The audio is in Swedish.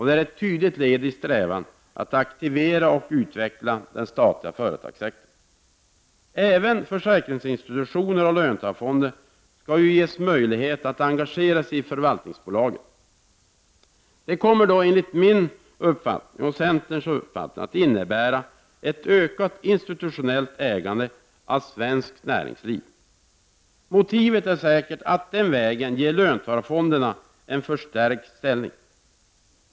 Det är ett tydligt led i strävan att aktivera och utveckla den statliga företagssektorn. Även försäkringsinstitutioner och löntagarfonder skall ges möjlighet att engagera sig i förvaltningsbolaget. Enligt min och centerns uppfattning kommer det att innebära ett ökat institutionellt ägande av svenskt näringsliv. Motivet är säkert att man den vägen skall ge löntagarfonderna en förstärkt ställning.